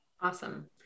Awesome